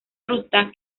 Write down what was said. ruta